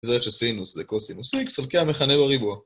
נגזרת של סינוס זה קוסינוס איקס, חלקי המכנה בריבוע